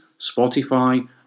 Spotify